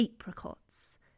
apricots